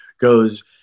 goes